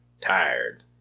Tired